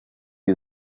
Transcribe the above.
you